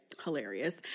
Hilarious